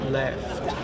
left